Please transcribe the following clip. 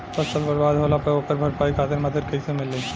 फसल बर्बाद होला पर ओकर भरपाई खातिर मदद कइसे मिली?